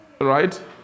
Right